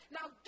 Now